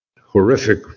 horrific